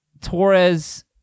torres